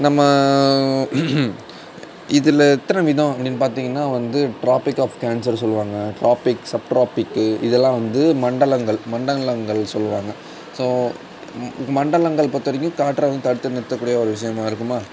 நம்ம இதில் எத்தனை விதம் அப்படீன்னு பாத்திங்கன்னா வந்து டிராபிக் ஆஃப் கேன்சர் சொல்வாங்க டிராபிக் சப் டிராபிக்கு இதெல்லாம் வந்து மண்டலங்கள் மண்டலங்கள் சொல்வாங்க ஸோ மண்டலங்கள் பொருத்தவரைக்கும் காற்றெல்லாம் தடுத்து நிறுத்தக்கூடிய ஒரு விஷயமாக இருக்குமா